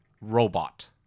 robot